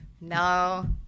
No